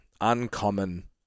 uncommon